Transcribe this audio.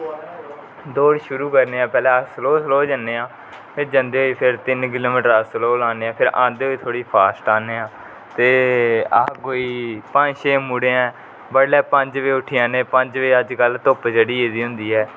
दौड शुरु करने हा पहले अस स्लो स्लो जन्ने हा फिर जंदे गै तिन किलो मिटर अस दौड लाने हा फिर आंदे होई थोहडी फास्ट आने हा ते अस कोई पंज छै मुडे हा बडले पंज बजे उठी जने पंज बजे अजकल धुप चढी गेदी होंदी ऐ